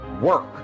work